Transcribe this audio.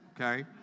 okay